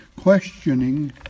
questioning